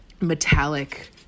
metallic